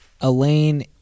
elaine